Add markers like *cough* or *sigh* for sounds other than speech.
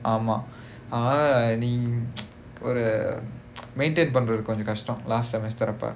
ஆமா:aamaa *noise* நீ ஒரு:nee oru maintain பண்றது கொஞ்சம் கஷ்டம்:pandrathu konjam kashtam last semester அப்ப:appa